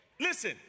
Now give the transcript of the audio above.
Listen